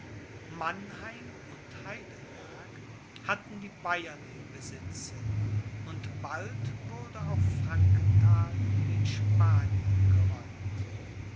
mannheim und heidelberg hatten die bayern im besitze und bald wurde auch frankenthal den spaniern geräumt